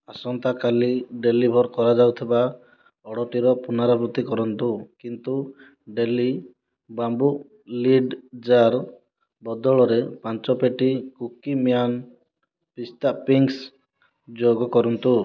ଆସନ୍ତାକାଲି ଡେଲିଭର୍ କରାଯାଉଥିବା ଅର୍ଡ଼ର୍ଟିର ପୁନରାବୃତ୍ତି କରନ୍ତୁ କିନ୍ତୁ ଡେଲି ବାମ୍ବୁ ଲିଡ୍ ଜାର୍ ବଦଳରେ ପାଞ୍ଚ ପେଟି କୁକିମ୍ୟାନ ପିସ୍ତା ପିଙ୍କ୍ସ ଯୋଗକରନ୍ତୁ